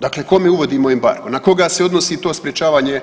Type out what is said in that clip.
Dakle kome uvodimo embargo, na koga se odnosi to sprječavanje